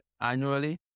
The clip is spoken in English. annually